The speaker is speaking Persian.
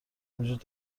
وجود